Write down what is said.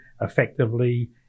effectively